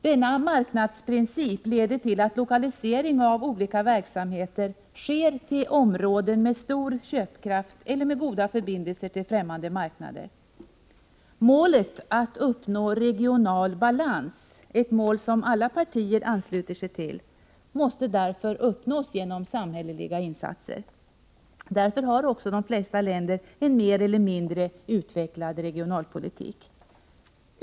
Denna marknadsprincip leder till att lokalisering av olika verksamheter sker till områden med stor köpkraft eller med goda förbindelser till ffämmande marknader. Målet att uppnå regional balans — ett mål som alla partier ansluter sig till — måste därför uppnås genom samhälleliga insatser. Därför har också de flesta länder en mer eller mindre utvecklad regionalpolitik.